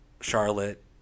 Charlotte